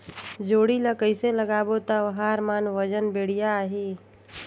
जोणी ला कइसे लगाबो ता ओहार मान वजन बेडिया आही?